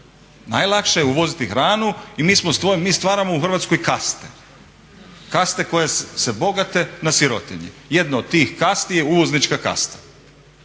najlakše je uvoziti hranu i mi stvaramo u Hrvatskoj kaste. Kaste koje se bogate na sirotinji. Jedna od tih kasti je uvoznička kasta.